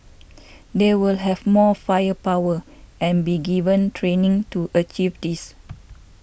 they will have more firepower and be given training to achieve this